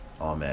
Amen